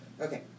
Okay